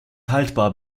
haltbar